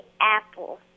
apple